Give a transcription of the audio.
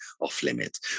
off-limits